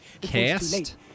cast